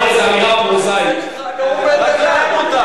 אני מבין שאתה מנצל את זכותך לנאומים בני דקה מעל הדוכן,